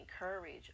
encourage